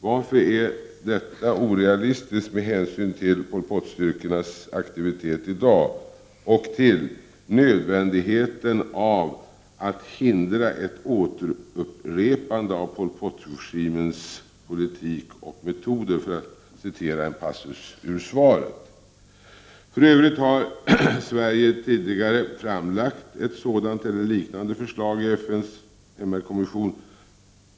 Varför är detta orealistiskt med hänsyn till Pol Pot-styrkornas aktivitet i dag och till ”nödvändigheten av att hindra ett återupprepande av Pol Pot-regimens politik och metoder”, för att citera en passus i svaret. För övrigt har Sverige tidigare framlagt ett sådant eller liknande förslag i FN:s MR-kommission.